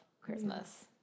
Christmas